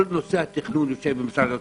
כל נושא התכנון יושב במשרד האוצר.